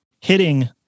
hitting